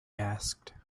asked